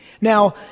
Now